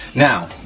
now,